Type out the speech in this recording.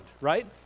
right